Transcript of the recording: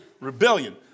Rebellion